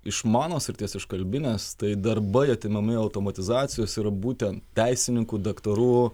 iš mano srities iš kalbinės tai darbai atimami automatizacijos yra būtent teisininkų daktarų